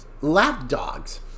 lapdogs